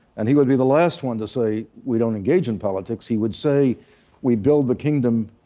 and he would be the last one to say we don't engage in politics. he would say we build the kingdom,